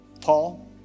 Paul